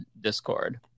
Discord